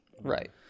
Right